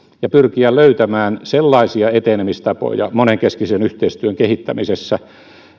ja pyrkiä löytämään sellaisia etenemistapoja monenkeskisen yhteistyön kehittämisessä